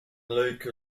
lake